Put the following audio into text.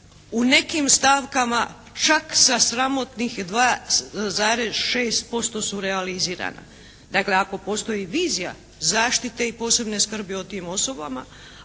u nekim stavkama čak sa sramotnih 2,6% su realizirana. Dakle ako postoji vizija zaštite i posebne skrbi o tim osobama,